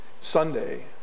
Sunday